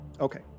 Okay